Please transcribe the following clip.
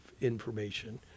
information